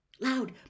Loud